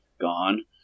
gone